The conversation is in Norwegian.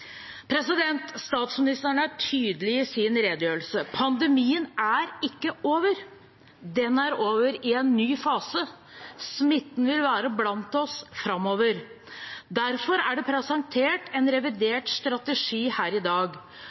Statsministeren er tydelig i sin redegjørelse: Pandemien er ikke over. Den er over i en ny fase. Smitten vil være blant oss framover. Derfor er det presentert en revidert strategi her i dag.